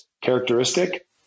characteristic